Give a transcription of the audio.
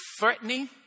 threatening